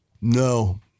No